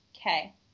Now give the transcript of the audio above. okay